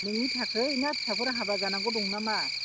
नोंनि थाखै ना फिसाफोरा हाबा जानांगौ दं ना मा